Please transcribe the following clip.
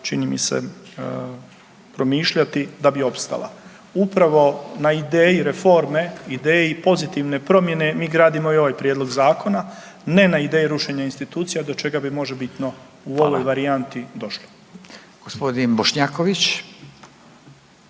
čini mi se promišljati da bi opstala. Upravo na ideji reforme, ideji pozitivne promjene mi gradimo i ovaj prijedlog zakona, ne na ideji rušenja institucija do čega bi možebitno u ovoj varijanti došlo. **Radin, Furio